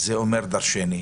זה אומר דרשני.